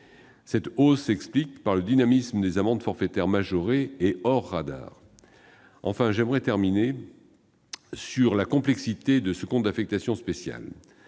Cette hausse s'explique par le dynamisme des amendes forfaitaires majorées et hors radars. Enfin, j'achèverai mon propos en évoquant sur la complexité de ce compte d'affectation spécial.